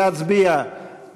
של חברי הכנסת יאיר לפיד,